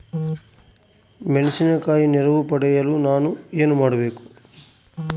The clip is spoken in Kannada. ಹಣಕಾಸಿನ ನೆರವು ಪಡೆಯಲು ನಾನು ಏನು ಮಾಡಬೇಕು?